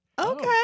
Okay